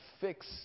fix